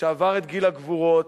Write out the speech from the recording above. שעבר את גיל הגבורות,